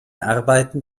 arbeiten